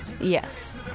yes